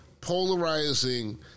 polarizing